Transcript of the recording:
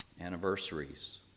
anniversaries